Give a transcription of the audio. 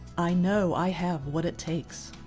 i know i have what it takes.